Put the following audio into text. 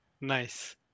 nice